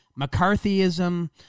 McCarthyism